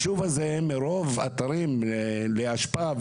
מרוב אתרים לאשפה,